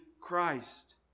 Christ